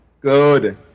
Good